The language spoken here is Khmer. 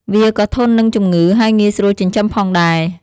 វាក៏ធន់នឹងជំងឺ ហើយងាយស្រួលចិញ្ចឹមផងដែរ។